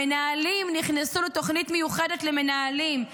המנהלים נכנסו לתוכנית מיוחדת למנהלים.